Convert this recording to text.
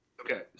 Okay